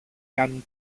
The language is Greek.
κάνουν